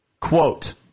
Quote